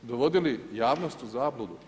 Dovodili javnost u zabludu?